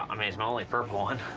um it's my only purple one.